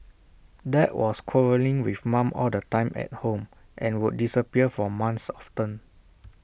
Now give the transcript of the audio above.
dad was quarrelling with mum all the time at home and would disappear for months often